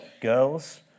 girls